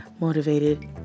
motivated